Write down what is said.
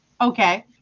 Okay